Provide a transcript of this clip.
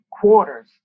quarters